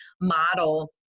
model